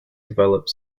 developed